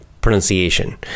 pronunciation